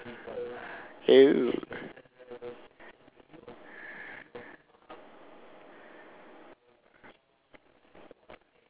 oh